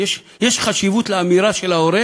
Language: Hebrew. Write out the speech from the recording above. יש חשיבות לאמירה של ההורה